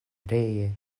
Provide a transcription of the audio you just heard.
ree